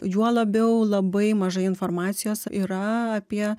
juo labiau labai mažai informacijos yra apie